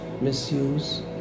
misuse